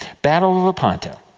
battle of lepanto.